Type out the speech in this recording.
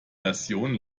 version